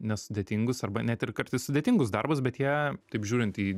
nesudėtingus arba net ir kartais sudėtingus darbus bet jie taip žiūrint į